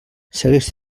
segueix